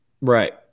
right